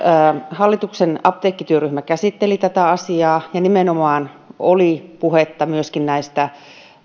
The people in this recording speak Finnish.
hallituksen apteekkityöryhmä käsitteli tätä asiaa ja nimenomaan oli puhetta myöskin